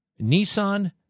Nissan